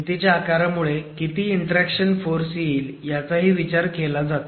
भिंतीच्या आकारामुळे किती इंटरॅक्शन फोर्स येईल याचाही विचार केला जातो